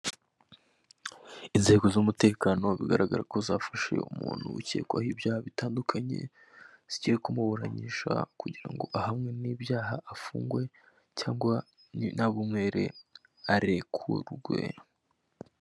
Inzego z'umutekano bigaragara ko zafashe umuntu ukekwaho ibyaha bitandukanye, zigiye kumuburanisha kugira ngo ahamwe n'ibyaha afungwe cyangwa naba umwere arekurwe.